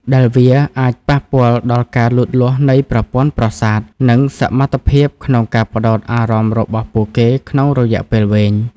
ដែលវាអាចប៉ះពាល់ដល់ការលូតលាស់នៃប្រព័ន្ធប្រសាទ និងសមត្ថភាពក្នុងការផ្ដោតអារម្មណ៍របស់ពួកគេក្នុងរយៈពេលវែង។